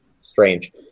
strange